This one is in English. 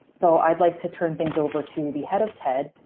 so i'd like to turn things over to the head of ted,